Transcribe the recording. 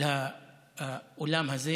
על האולם הזה